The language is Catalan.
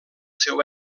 seu